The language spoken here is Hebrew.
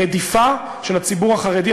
הרדיפה של הציבור החרדי,